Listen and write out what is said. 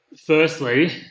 firstly